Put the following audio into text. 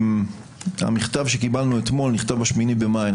המכתב שקיבלנו אתמול נכתב ב-8 במאי.